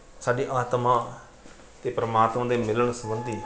ਸਾਡੀ ਆਤਮਾ ਅਤੇ ਪਰਮਾਤਮਾ ਦੇ ਮਿਲਣ ਸੰਬੰਧੀ